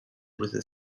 with